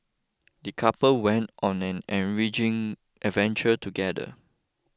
the couple went on an enriching adventure together